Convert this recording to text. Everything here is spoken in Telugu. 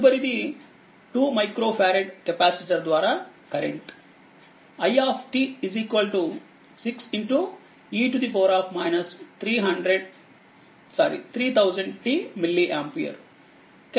తదుపరిది 2 మైక్రో ఫారెడ్ కెపాసిటర్ ద్వారా కరెంట్ i 6 e 3000 tమిల్లీ ఆంపియర్